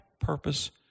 Purpose